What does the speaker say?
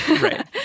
Right